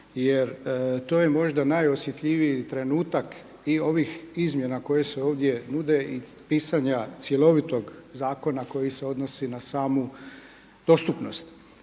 jer to je možda najosjetljiviji trenutak i ovih izmjena koje se ovdje nude i pisanja cjelovitog zakona koji se odnosi na samu dostupnost.